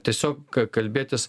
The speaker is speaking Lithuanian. tiesiog kalbėtis